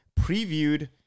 previewed